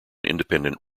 independent